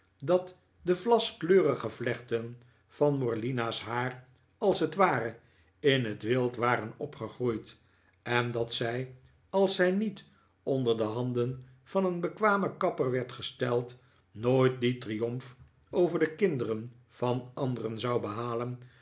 dat de vlaskleurige vlechten van morlina's haar als t ware in het wild waren opgegroeid en dat zij als zij niet onder de handen van een bekwamen kapper werd gesteld nooit dien triomf over de kinderen van anderen zou behalen